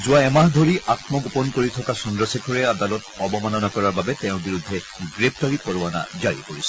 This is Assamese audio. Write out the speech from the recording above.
যোৱা এমাহ ধৰি আম্মগোপন কৰি থকা চন্দ্ৰশেখৰে আদালত অৱমাননা কৰাৰ বাবে তেওঁৰ বিৰুদ্ধে গ্ৰেপ্তাৰী পৰোৱানা জাৰি কৰিছিল